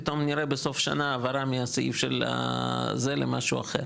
פתאום ניראה סוף שנה העברה מהסעיף של זה למשהו אחר,